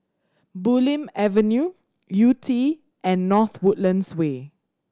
Bulim Avenue Yew Tee and North Woodlands Way